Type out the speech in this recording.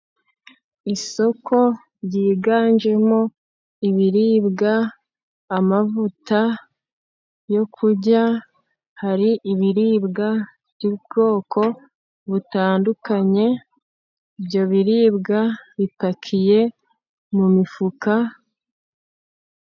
Isoko ryiganjemo ibiribwa, amavuta yo kurya. Hari ibiribwa by'ubwoko butandukanye. Ibyo biribwa bipakiye mu mifuka.